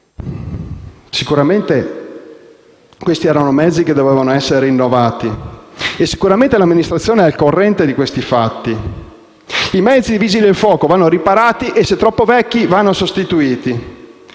Sicuramente quei mezzi dovevano essere rinnovati e sicuramente l'amministrazione è al corrente dei fatti. I mezzi dei vigili del fuoco vanno riparati e, se troppo vecchi, vanno sostituiti.